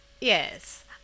Yes